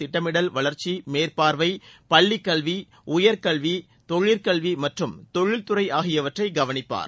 திட்டமிடல் வளர்ச்சி மேற்பார்வை பள்ளிக்கல்வி உயர்க்கல்வி தொழிற்கல்வி மற்றும் தொழில்துறை ஆகியவற்றை கவனிப்பார்